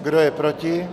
Kdo je proti?